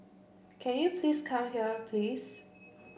can you please come here please